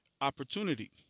opportunity